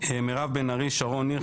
מירב בן ארי, שרון ניר.